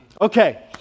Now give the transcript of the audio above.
Okay